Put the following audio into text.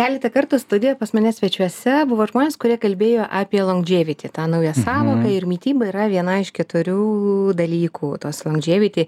keletą kartų studijoj pas mane svečiuose buvo žmonės kurie kalbėjo apie longevity tą naują sąvoką ir mityba yra viena iš keturių dalykų tos longevity